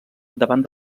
davant